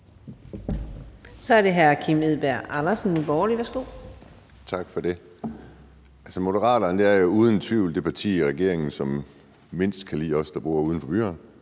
Kl. 18:35 Kim Edberg Andersen (NB): Tak for det. Moderaterne er uden tvivl det parti i regeringen, som mindst kan lide os, der bor uden for byerne.